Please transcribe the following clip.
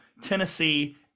Tennessee